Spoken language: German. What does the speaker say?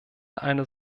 eine